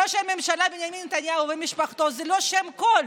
ראש הממשלה בנימין נתניהו ומשפחתו זה לא הכול.